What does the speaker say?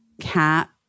cat